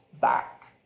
back